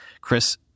Chris